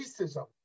racism